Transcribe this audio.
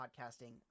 podcasting